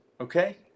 Okay